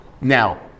Now